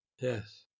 Yes